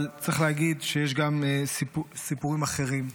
אבל צריך להגיד שיש גם סיפורים אחרים.